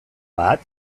bat